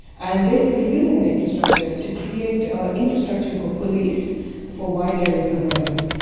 and basically using that infrastructure to create ah infrastructure for police for wide area surveillance.